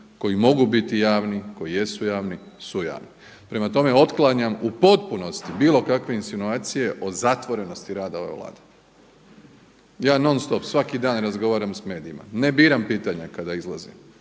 koji mogu biti javni, koji jesu javni su javni. Prema tome, otklanjam u potpunosti bilo kakve insinuacije o zatvorenosti rada ove Vlade. Ja non stop, svaki dan razgovaram s medijima, ne biram pitanja kada izlazim,